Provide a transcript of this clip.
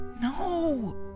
No